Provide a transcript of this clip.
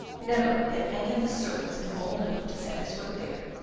never had any of his servants been bold enough to set his foot there.